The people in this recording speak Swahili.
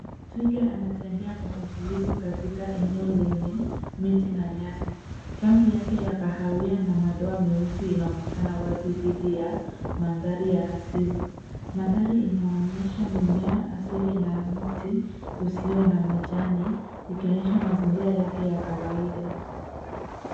Twiga anatembea kwa utulivu katika eneo lenye miti na nyasi. Rangi yake ya kahawia na madoa meusi inaonekana wazi dhidi ya mandhari ya asili. Mandhari inaonyesha mimea asili na mti usio na majani, ikionyesha mazingira yake ya kawaida.